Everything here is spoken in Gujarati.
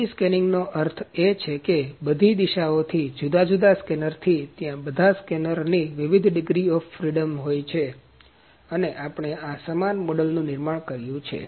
3D સ્કેનીંગનો અર્થ એ છે કે બધી દિશાઓથી જુદા જુદા સ્કેનરથી ત્યાં બધા સ્કેનરની વિવિધ ડિગ્રી ઓફ ફ્રીડમ હોય છે અને આપણે આ સમાન મોડલનું નિર્માણ કર્યું છે